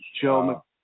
Joe